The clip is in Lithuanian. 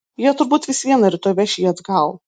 jie turbūt vis viena rytoj veš jį atgal